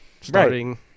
starting